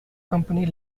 company